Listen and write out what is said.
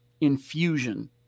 Infusion